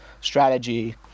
strategy